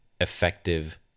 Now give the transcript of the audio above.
effective